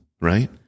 right